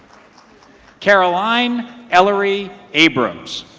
caroline ellory abrams